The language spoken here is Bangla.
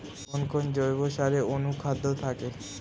কোন কোন জৈব সারে অনুখাদ্য থাকে?